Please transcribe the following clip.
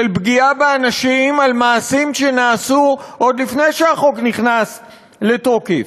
של פגיעה באנשים על מעשים שנעשו עוד לפני שהחוק נכנס לתוקף.